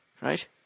Right